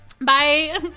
bye